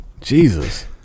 jesus